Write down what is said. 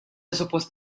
suppost